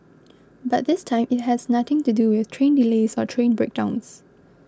but this time it has nothing to do with train delays or train breakdowns